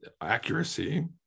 accuracy